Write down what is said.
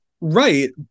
Right